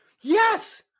Yes